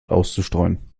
auszustreuen